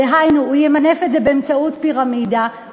דהיינו הוא ימנף את זה באמצעות פירמידה,